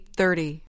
thirty